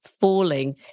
falling